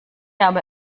habe